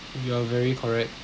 you are very correct